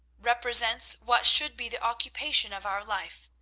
represents what should be the occupation of our life.